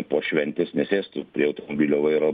po šventės nesėstų prie automobilio vairo